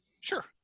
sure